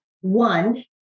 One